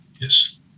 Yes